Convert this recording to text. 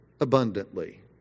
abundantly